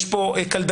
יש פה קלדנים,